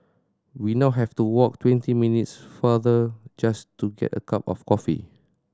we now have to walk twenty minutes farther just to get a cup of coffee